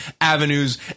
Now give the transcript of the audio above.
avenues